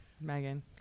Megan